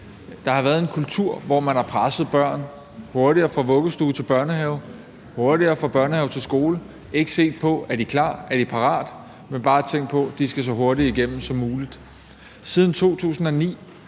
der har været en kultur, hvor man har presset børn til at komme hurtigere fra vuggestue til børnehave, hurtigere fra børnehave til skole, og man har ikke set på, om de var klar, parate til det. Man har bare tænkt på, at de skulle så hurtigt igennem som muligt. Siden 2009